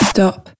Stop